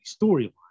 storyline